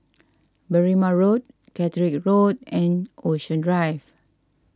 Berrima Road Catterick Road and Ocean Drive